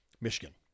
Michigan